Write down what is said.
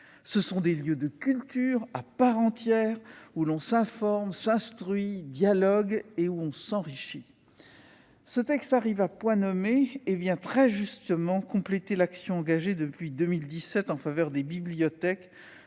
Ce sont des lieux de culture à part entière où l'on s'informe, où l'on s'instruit, où l'on dialogue et où l'on s'enrichit. Ce texte arrive à point nommé et vient très justement compléter l'action engagée depuis 2017 en faveur des bibliothèques,